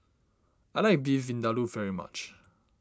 I like Beef Vindaloo very much